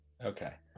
Okay